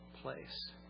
place